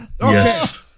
Yes